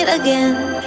again